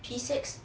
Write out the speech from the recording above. p six